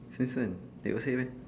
since when they got say meh